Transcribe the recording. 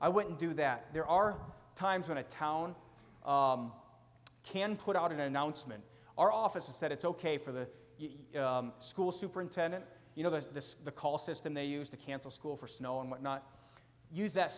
i wouldn't do that there are times when a town can put out an announcement our office has said it's ok for the school superintendent you know the the call system they used to cancel school for snow and what not use that